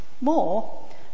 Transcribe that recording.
More